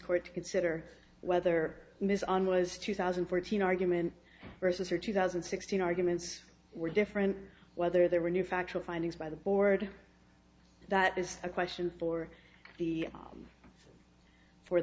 court to consider whether ms on was two thousand and fourteen argument versus or two thousand and sixteen arguments were different whether there were new factual findings by the board that is a question for the